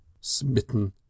smitten